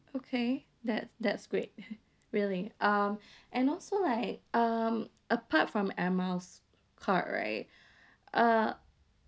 okay that's that's great really um and also like um apart from air miles card right uh